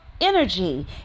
energy